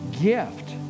gift